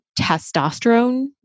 testosterone